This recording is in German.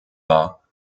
war